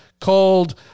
called